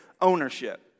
ownership